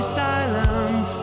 silent